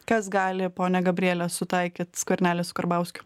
kas gali ponia gabriele sutaikyt skvernelį su karbauskiu